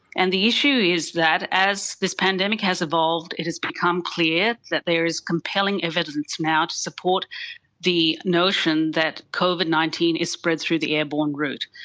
and the issue is that as this pandemic has evolved it has become clear that there is compelling evidence now to support the notion that covid nineteen is spread through the airborne route.